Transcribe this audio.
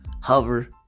hover